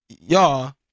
y'all